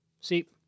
See